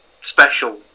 special